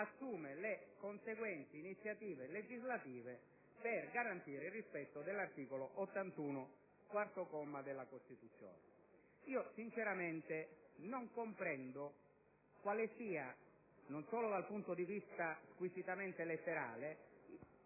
assume le conseguenti iniziative legislative al fine di assicurare il rispetto dell'articolo 81, quarto comma, della Costituzione». Sinceramente, non comprendo quale sia, non solo dal punto di vista squisitamente letterale,